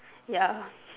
ya